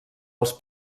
als